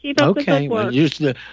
Okay